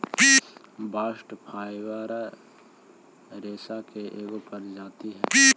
bast fibre रेसा के एगो प्रजाति हई